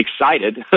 excited